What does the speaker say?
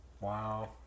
wow